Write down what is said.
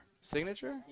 signature